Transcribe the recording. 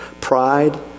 pride